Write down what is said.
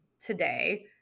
today